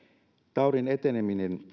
taudin eteneminen